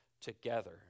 together